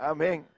Amen